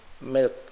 milk